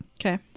Okay